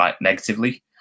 negatively